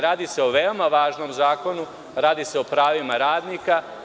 Radi se o veoma važnom zakonu, radi se o pravima radnika.